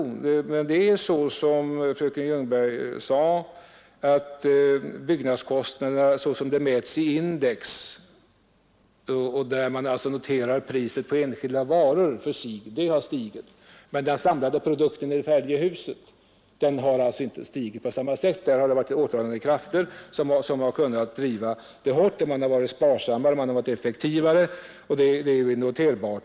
19 april 1972 Det är så — som fröken Ljungberg sade — att byggkostnaderna sådana ——— de mäts i index, där man alltså noterar priset på enskilda varor, har stigit, Anslag till bostadsmedan kostnaderna för den samlade produkten, det färdiga huset, inte byggande, m.m. har stigit. Där har det varit återhållande krafter som kunnat driva på hårt. Man har varit sparsammare och effektivare, vilket är noterbart.